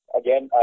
again